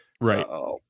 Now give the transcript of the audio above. Right